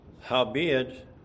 Howbeit